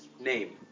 name